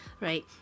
right